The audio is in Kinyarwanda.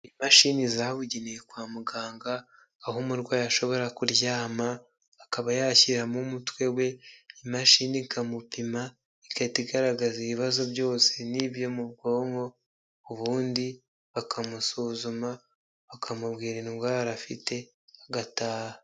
Imashini zabugeneye kwa muganga aho umurwayi ashobora kuryama akaba yashyiramo umutwe we imashini ikamupima igahita igaragaza ibibazo byose n'ibyo mu bwonko ubundi bakamusuzuma bakamubwira indwara afite agataha.